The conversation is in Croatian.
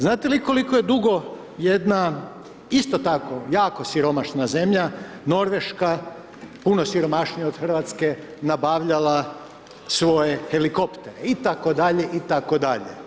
Znate li koliko je dugo jedna, isto tako jako siromašna zemlja, Norveška, puno siromašnija od Hrvatske nabavljala svoje helikoptere, itd., itd.